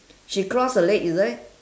she cross her leg is it